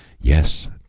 yes